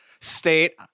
State